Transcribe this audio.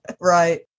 Right